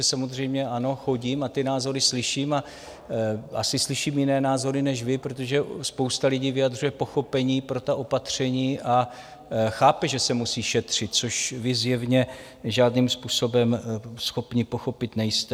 Samozřejmě ano, chodím, ty názory slyším a asi slyším jiné názory než vy, protože spousta lidí vyjadřuje pochopení pro ta opatření a chápe, že se musí šetřit, což vy zjevně žádným způsobem schopni pochopit nejste.